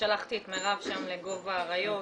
מירב הלכה לגוב האריות.